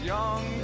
Young